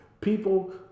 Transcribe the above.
people